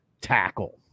tackle